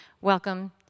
Welcome